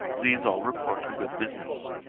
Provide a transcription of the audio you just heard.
these all report a good business.